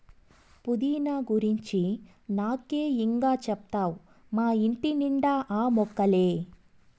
పుదీనా గురించి నాకే ఇం గా చెప్తావ్ మా ఇంటి నిండా ఆ మొక్కలే